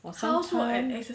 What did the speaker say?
or sometimes